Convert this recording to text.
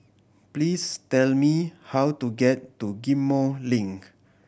please tell me how to get to Ghim Moh Link